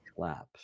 Collapse